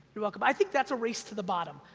you're welcome. i think that's a race to the bottom.